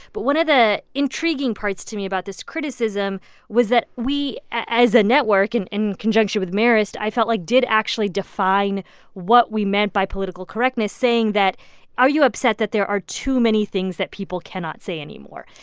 but one of the intriguing parts to me about this criticism was that we, as a network and in conjunction with marist, i felt like did actually define what we meant by political correctness, saying that are you upset that there are too many things that people cannot say anymore?